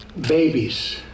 babies